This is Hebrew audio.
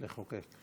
לחוקק.